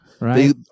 right